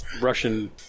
Russian